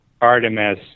Artemis